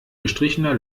gestrichener